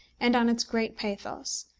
and on its great pathos.